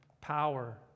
power